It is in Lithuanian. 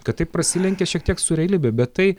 kad tai prasilenkia šiek tiek su realybe bet tai